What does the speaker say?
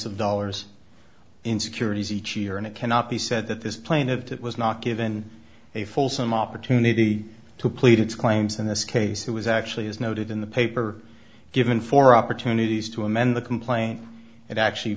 of dollars in securities each year and it cannot be said that this plane that it was not given a full some opportunity to plead its claims in this case it was actually as noted in the paper given for opportunities to amend the complaint it actually